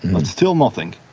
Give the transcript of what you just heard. but still nothing.